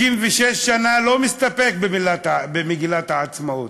66 שנה לא מסתפק במגילת העצמאות.